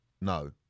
No